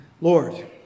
Lord